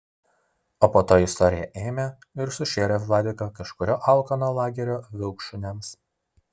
o po to istorija ėmė ir sušėrė vladiką kažkurio alkano lagerio vilkšuniams